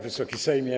Wysokie Sejmie!